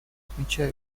отмечаю